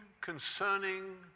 concerning